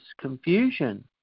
confusion